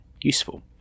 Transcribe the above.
useful